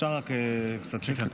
אפשר רק קצת שקט?